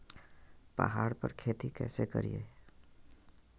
पहाड़ पर खेती कैसे करीये?